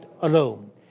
alone